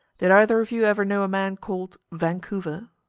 did either of you ever know a man called vancouver?